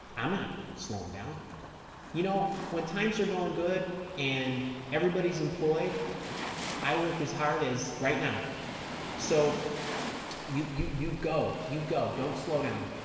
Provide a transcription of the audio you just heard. i'm not slowing down you know when times are going good and everybody's employed i work as hard as right now so you you you go you go don't slow down